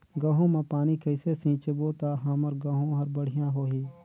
गहूं म पानी कइसे सिंचबो ता हमर गहूं हर बढ़िया होही?